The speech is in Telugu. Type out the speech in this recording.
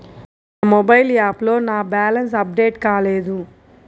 నా మొబైల్ యాప్లో నా బ్యాలెన్స్ అప్డేట్ కాలేదు